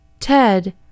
ted